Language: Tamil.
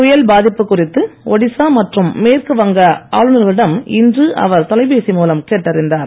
புயல் பாதிப்பு குறித்து ஒடிசா மற்றும் மேற்கு வங்க ஆளுநர்களிடம் இன்று அவர் தொலைபேசி மூலம் கேட்டறிந்தார்